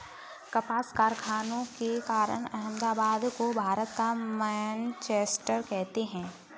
कपास कारखानों के कारण अहमदाबाद को भारत का मैनचेस्टर कहते हैं